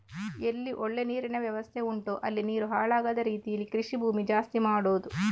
ಎಲ್ಲಿ ಒಳ್ಳೆ ನೀರಿನ ವ್ಯವಸ್ಥೆ ಉಂಟೋ ಅಲ್ಲಿ ನೀರು ಹಾಳಾಗದ ರೀತೀಲಿ ಕೃಷಿ ಭೂಮಿ ಜಾಸ್ತಿ ಮಾಡುದು